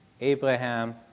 Abraham